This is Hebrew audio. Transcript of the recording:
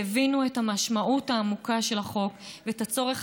שהבינו את המשמעות העמוקה של החוק ואת הצורך